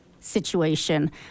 situation